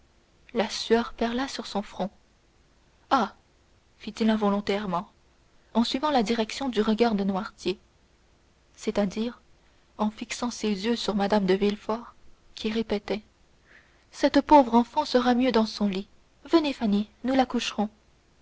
la sueur perla sur son front ah fit-il involontairement en suivant la direction du regard de noirtier c'est-à-dire en fixant ses yeux sur mme de villefort qui répétait cette pauvre enfant sera mieux dans son lit venez fanny nous la coucherons